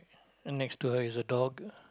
and next to her is a dog